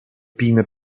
pinne